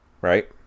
right